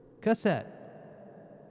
Cassette